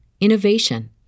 innovation